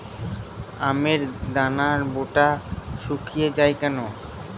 আমের দানার বোঁটা শুকিয়ে য়ায় কেন?